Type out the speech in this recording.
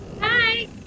Hi